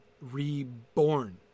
reborn